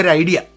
idea